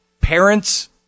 parents